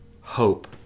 hope